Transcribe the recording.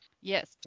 Yes